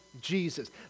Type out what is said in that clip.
Jesus